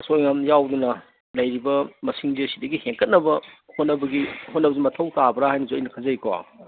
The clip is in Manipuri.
ꯑꯁꯣꯏ ꯑꯉꯥꯝ ꯌꯥꯎꯗꯅ ꯂꯩꯔꯤꯕ ꯃꯁꯤꯡꯁꯦ ꯁꯤꯗꯒꯤ ꯍꯦꯟꯒꯠꯅꯕ ꯍꯣꯠꯅꯕꯒꯤ ꯍꯣꯠꯅꯕꯁꯦ ꯃꯊꯧ ꯇꯥꯕ꯭ꯔ ꯍꯥꯏꯅꯁꯨ ꯑꯩꯅ ꯈꯟꯖꯩꯀꯣ